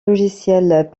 logiciels